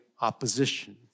opposition